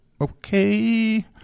okay